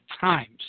times